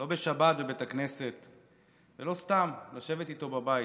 לא בשבת בבית הכנסת ולא סתם לשבת איתו בבית.